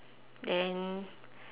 then